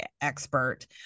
expert